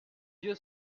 dieu